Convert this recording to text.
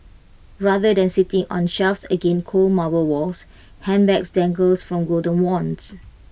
rather than sitting on shelves against cold marble walls handbags dangles from golden wands